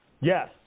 Yes